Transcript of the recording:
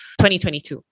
2022